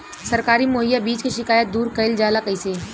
सरकारी मुहैया बीज के शिकायत दूर कईल जाला कईसे?